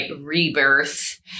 rebirth